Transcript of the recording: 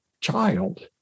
child